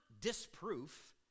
disproof